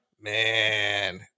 Man